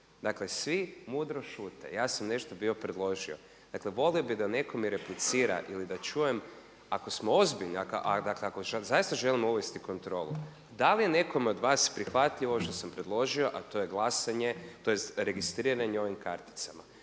Dakle, svi mudro šute. Ja sam nešto bio predložio. Dakle, volio bih da netko mi replicira ili da čujem ako smo ozbiljni, a dakle ako zaista želimo uvesti kontrolu da li je nekome od vas prihvatljivo što sam predložio a to je glasanje tj. registriranje ovim karticama.